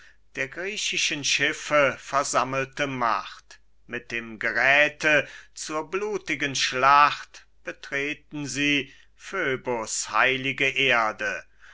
der griechischen schiffe versammelte macht mit dem geräthe zur blutigen schlacht betreten sie phöbus heilige erde